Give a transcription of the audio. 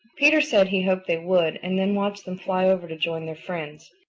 peter said he hoped they would and then watched them fly over to join their friends.